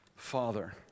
Father